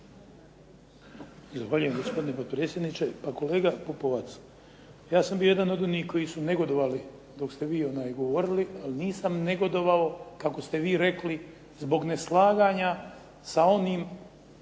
Zahvaljujem gospodine potpredsjedniče. Pa kolega Pupovac ja sam bio jedan od onih koji su negodovali dok ste vi govorili, ali nisam negodovao kako ste vi rekli zbog neslaganja sa onim